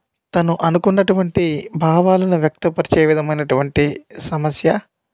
తను అనుకున్నటువంటి భావాలను వ్యక్తపరిచే విధమైనటువంటి సమస్య